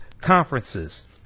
conferences